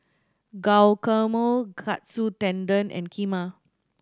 Guacamole Katsu Tendon and Kheema